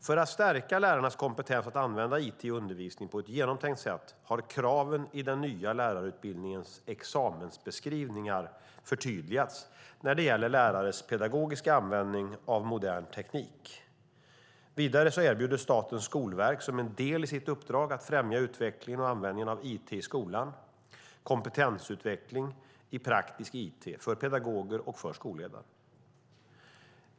För att stärka lärarnas kompetens att använda it i undervisningen på ett genomtänkt sätt har kraven i den nya lärarutbildningens examensbeskrivningar förtydligats när det gäller lärares pedagogiska användning av modern teknik. Vidare erbjuder Skolverket, som en del i sitt uppdrag att främja utvecklingen och användningen av it i skolan, kompetensutveckling i praktisk it för pedagoger och skolledare.